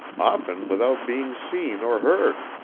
often without being seen or heard.